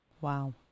Wow